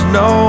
no